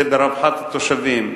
זה ברווחת התושבים.